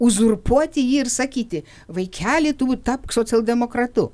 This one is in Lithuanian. uzurpuoti jį ir sakyti vaikeli tu tapk socialdemokratu